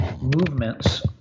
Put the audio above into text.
movements